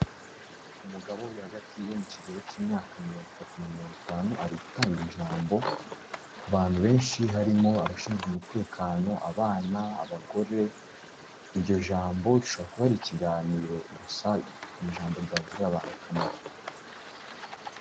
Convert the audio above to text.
Umugabo uri hagati yo mu kigero cy'imyaka mirongo itatu na mirongo itanu, ari gutanga ijambo ku bantu benshi, harimo abashinzwe umutekano, abana, abagore, iryo jambo rishobora kuba ari ikiganiro, gusa ni ijambo ryagirira abantu akamaro.